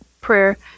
prayer